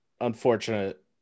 unfortunate